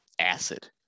acid